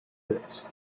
pits